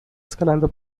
escalando